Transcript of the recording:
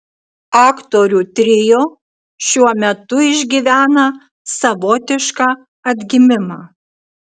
aktorių trio šiuo metu išgyvena savotišką atgimimą